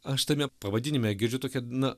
aš tame pavadinime girdžiu tokią na